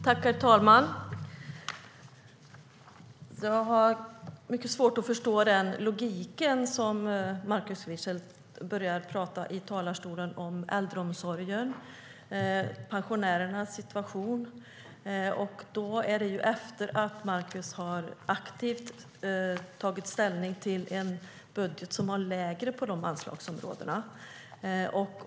Herr talman! Jag har mycket svårt att förstå den logik som Markus Wiechel använde sig av i talarstolen när det gäller äldreomsorgen och pensionärernas situation efter att Markus Wiechel aktivt har tagit ställning för en budget som innehåller lägre anslag på dessa områden.